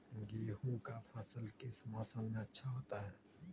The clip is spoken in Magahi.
गेंहू का फसल किस मौसम में अच्छा होता है?